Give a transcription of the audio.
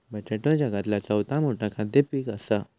बटाटो जगातला चौथा मोठा खाद्य पीक असा